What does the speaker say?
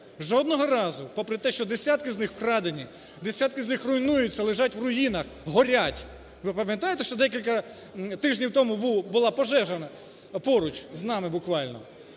Жодного разу попри те, що десятки з них вкрадені, десятки з них руйнуються, лежать в руїнах, горять. Ви пам'ятаєте, що декілька тижнів тому була пожежа поруч з нами буквально.